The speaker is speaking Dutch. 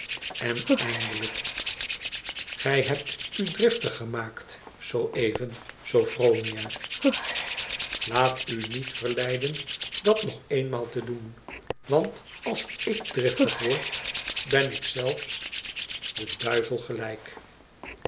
en eindelijk gij hebt u driftig gemaakt zoo even sophronia laat u niet verleiden dat nog eenmaal te doen want als ik driftig word ben ik zelfs den duivel gelijk